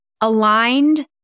aligned